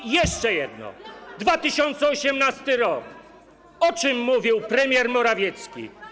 I jeszcze jedno. 2018 r. O czym mówił premier Morawiecki?